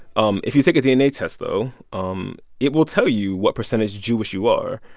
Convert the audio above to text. um if you take a dna test, though, um it will tell you what percentage jewish you are.